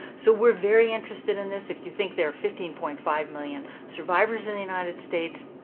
so we're very interested in this. if you think there are fifteen point five million survivors in the united states,